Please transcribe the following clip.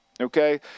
Okay